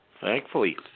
Thankfully